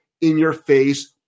in-your-face